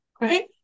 right